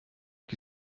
qui